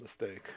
mistake